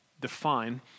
define